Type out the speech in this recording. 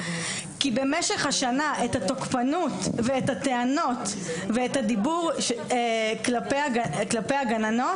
כי במשך השנה את התוקפנות ואת הטענות ואת הדיבור כלפי הגננות.